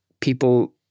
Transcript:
people